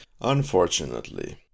Unfortunately